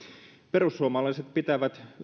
perussuomalaiset pitävät